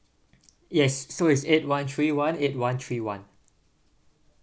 yes so it's eight one three one eight one three one